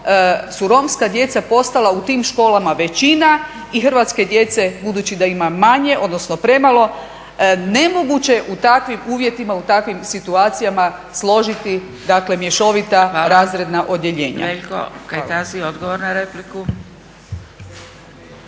su romska djeca postala u tim školama većinama i hrvatske djece budući da ima manje, odnosno premalo nemoguće je u takvim uvjetima, u takvim situacijama složiti dakle mješovita razredna odjeljenja.